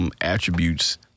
attributes